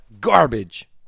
garbage